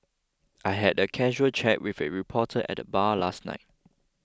I had a casual chat with a reporter at the bar last night